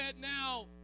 Now